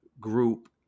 group